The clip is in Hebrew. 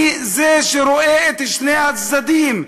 אני זה שרואה את שני הצדדים,